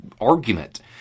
argument